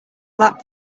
that